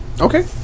Okay